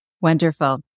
Wonderful